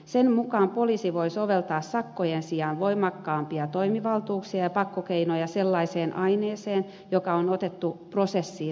sen mukaan poliisi voi soveltaa sakkojen sijaan voimakkaampia toimivaltuuksia ja pakkokeinoja sellaiseen aineeseen joka on otettu prosessiin lääkelaitoksella